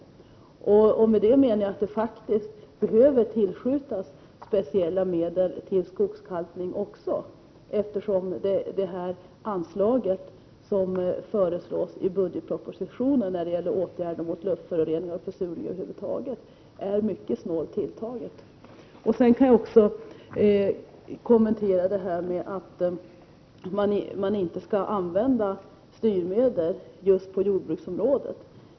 Jag menar således att det faktiskt är nödvändigt att tillskjuta speciella medel också för skogskalkning, eftersom det anslag som föreslås i budgetpropositionen när det gäller åtgärder mot luftföroreningar och försurning över huvud taget är mycket snålt tilltaget. Sedan vill jag något kommendera detta med att man inte skall använda styrmedel just på jordbruksområdet.